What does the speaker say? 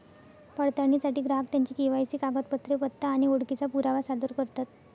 पडताळणीसाठी ग्राहक त्यांची के.वाय.सी कागदपत्रे, पत्ता आणि ओळखीचा पुरावा सादर करतात